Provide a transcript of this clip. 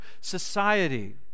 society